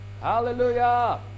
Hallelujah